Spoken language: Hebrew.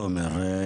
תומר,